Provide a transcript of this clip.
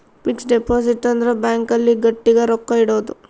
fix deposit ಅಂದ್ರ bank ಅಲ್ಲಿ ಗಟ್ಟಿಗ ರೊಕ್ಕ ಇಡೋದು